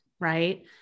right